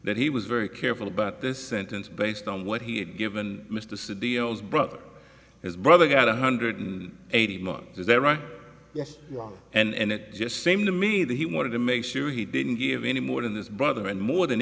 he was very careful about this sentence based on what he had given mr studios brother his brother got a hundred and eighty months is that right yes wrong and it just seemed to me that he wanted to make sure he didn't give any more than this brother and more than